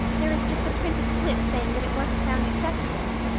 there is just a printed slip saying that it wasn't found acceptable.